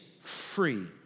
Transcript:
free